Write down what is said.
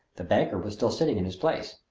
the banker was still sitting in his place.